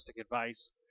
Advice